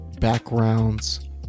backgrounds